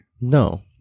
No